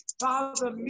Father